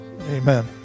Amen